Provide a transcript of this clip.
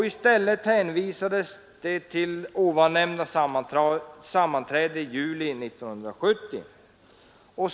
I stället hänvisades till det nyssnämnda sammanträdet i juli 1970.